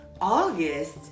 August